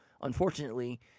Unfortunately